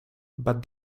but